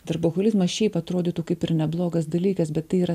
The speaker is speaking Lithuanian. darboholizmas šiaip atrodytų kaip ir neblogas dalykas bet tai yra